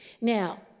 Now